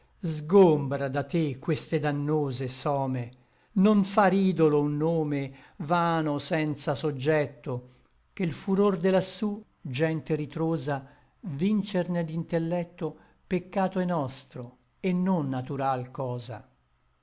sgombra da te queste dannose some non far idolo un nome vano senza soggetto ché l furor de lassú gente ritrosa vincerne d'intellecto peccato è nostro et non natural cosa